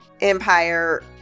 empire